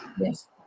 Yes